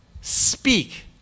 speak